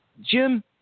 Jim